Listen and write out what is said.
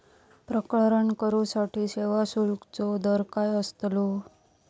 प्रकरण करूसाठी सेवा शुल्काचो दर काय अस्तलो?